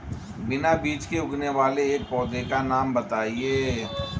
बिना बीज के उगने वाले एक पौधे का नाम बताइए